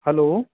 hello